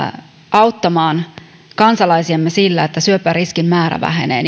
auttamaan kansalaisiamme siinä että syöpäriskin määrä vähenee